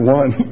one